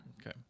Okay